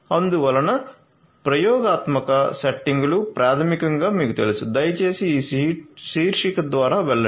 అందువల్ల ప్రయోగాత్మక సెట్టింగులు ప్రాథమికంగా మీకు తెలుసు దయచేసి ఈ శీర్షిక ద్వారా వెళ్ళండి